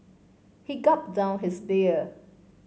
he gulped down his beer